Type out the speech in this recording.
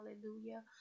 Hallelujah